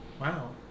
Wow